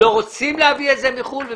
לא רוצים להביא את זה מחוץ לארץ,